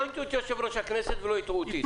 לא הטעו את יושב-ראש הכנסת ולא הטעו אותי.